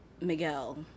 miguel